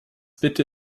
bitte